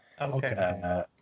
okay